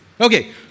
Okay